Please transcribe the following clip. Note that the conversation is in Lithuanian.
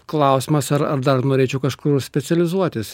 klausimas ar ar dar norėčiau kažkur specializuotis